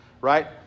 right